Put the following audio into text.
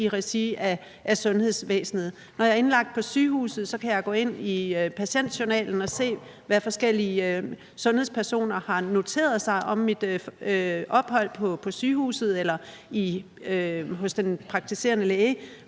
i regi af sundhedsvæsenet. Når jeg er indlagt på sygehuset, kan jeg gå ind i patientjournalen og se, hvad forskellige sundhedspersoner har noteret om mit ophold på sygehuset eller hos den praktiserende læge,